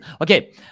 okay